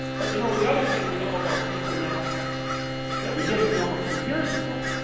but you know, the other thing we know about people now that we didn't know a few years ago,